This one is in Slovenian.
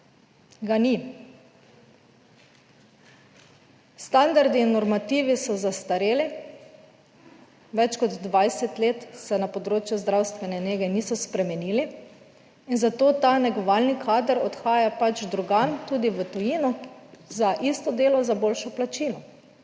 Ga ni. Standardi in normativi so zastareli. Več kot 20 let se na področju zdravstvene nege niso spremenili in zato ta negovalni kader odhaja pač drugam, tudi v tujino za isto delo, za boljše plačilo.